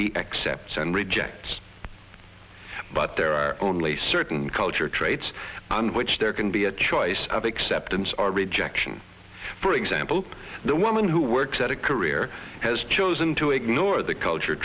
he accepts and rejects but there are only certain culture traits on which there can be a choice of acceptance or rejection for example the woman who works at a career has chosen to ignore the culture